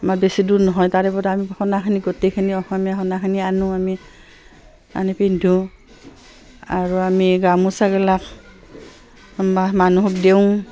আমাৰ বেছি দূৰ নহয় তাৰেপৰা আমি সোণাখিনি গোটেইখিনি অসমীয়া সোণাখিনি আনো আমি আনি পিন্ধোঁ আৰু আমি গামোচাগিলাক বা মানুহক দেওঁ